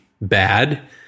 bad